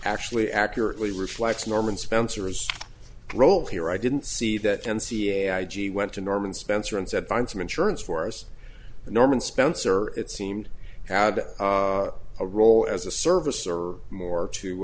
actually accurately reflects norman spencer's role here i didn't see that in ca i g went to norman spencer and said find some insurance for us norman spencer it seemed had a role as a service or more to